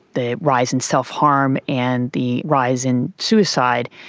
the rise in self-harm and the rise in suicide,